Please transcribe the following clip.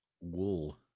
wool